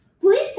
Please